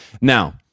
Now